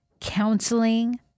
counseling